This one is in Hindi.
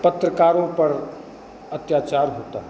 पत्रकारों पर अत्याचार होता है